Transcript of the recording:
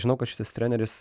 žinau kad šitas treneris